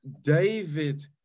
David